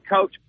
coach